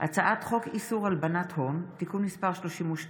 הצעת חוק איסור הלבנת הון (תיקון מס' 32)